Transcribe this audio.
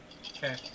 Okay